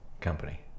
company